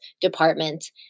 Department